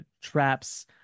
traps